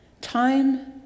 Time